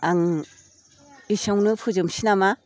आं एसेयावनो फोजोबनोसै नामा